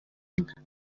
inka